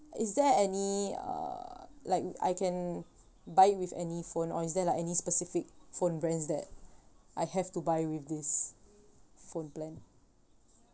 is there any uh like I can buy with any phone or is there like any specific phone brands that I have to buy with this phone plan